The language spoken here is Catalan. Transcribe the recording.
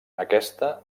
aquesta